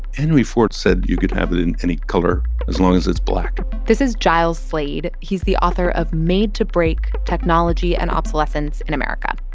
henry ford said you could have it in any color as long as it's black this is giles slade. he's the author of made to break technology and obsolescence in america.